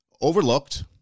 overlooked